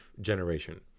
generation